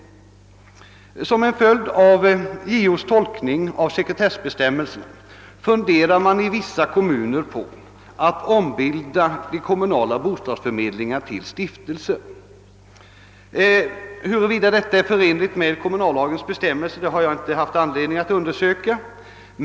Som en följd av JO:s tolkning av sekretessbestämmelserna funderar vissa kommuner på att ombilda sina bostadsförmedlingar till stiftelser. Huruvida detta är förenligt med kommunallagens bestämmelser har jag inte haft någon anledning att undersöka.